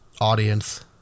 audience